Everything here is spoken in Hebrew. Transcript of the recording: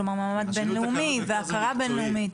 כלומר, מעמד בין-לאומי והכרה בין-לאומית.